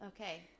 Okay